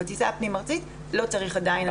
בטיסה הפנים ארצית עדיין לא צריך הצהרת בריאות.